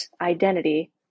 identity